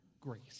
grace